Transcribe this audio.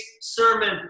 sermon